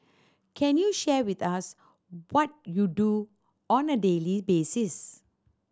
can you share with us what you do on a daily basis